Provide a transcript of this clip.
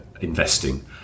investing